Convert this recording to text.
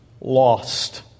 lost